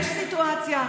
יש סיטואציה אחת.